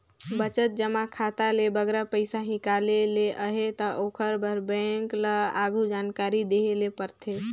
बचत जमा खाता ले बगरा पइसा हिंकाले ले अहे ता ओकर बर बेंक ल आघु जानकारी देहे ले परथे